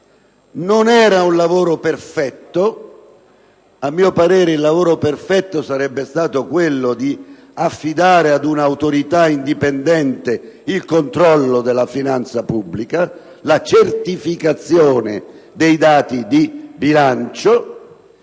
Non era un lavoro perfetto: a mio giudizio, il lavoro perfetto sarebbe stato quello di affidare ad un'autorità indipendente il controllo della finanza pubblica, la certificazione dei dati di bilancio;